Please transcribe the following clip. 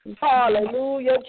Hallelujah